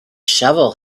shovel